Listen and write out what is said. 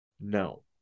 No